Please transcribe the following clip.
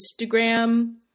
Instagram